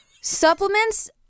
supplements